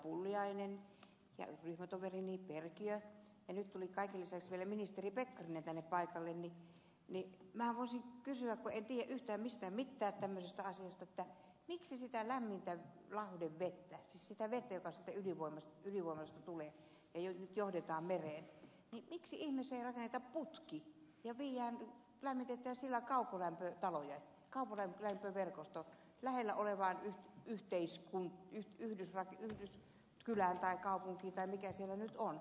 pulliainen ja ryhmätoverini perkiö ja nyt tuli kaiken lisäksi vielä ministeri pekkarinen tänne paikalle niin minähän voisin kysyä kun en tiedä yhtään mitään tämmöisestä asiasta että kun tulee sitä lämmintä lauhdevettä siis sitä vettä joka siitä ydinvoimalasta tulee ja nyt johdetaan mereen niin miksi ihmeessä ei rakenneta putkea ja lämmitetä sillä taloja kaukolämpöverkosto lähellä olevaan kylään tai kaupunkiin tai mikä siellä nyt on